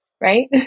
right